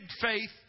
faith